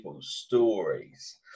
stories